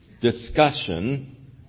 discussion